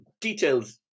details